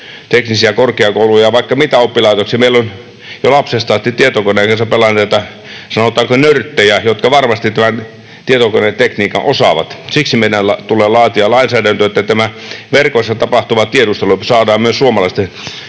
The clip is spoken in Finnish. teknisiä korkeakouluja ja vaikka mitä oppilaitoksia. Meillä on jo lapsesta asti tietokoneen kanssa pelanneita, sanotaanko nörttejä, jotka varmasti tämän tietokonetekniikan osaavat. Siksi meidän tulee laatia lainsäädäntö, että tämä verkoissa tapahtuva tiedustelu saadaan myös suomalaisten